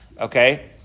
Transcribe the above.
Okay